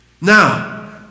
Now